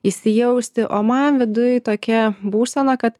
įsijausti o man viduj tokia būsena kad